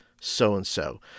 so-and-so